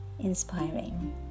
inspiring